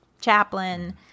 chaplain